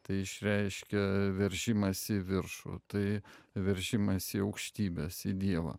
tai išreiškia veržimąsi į viršų tai veržimąsi į aukštybes į dievą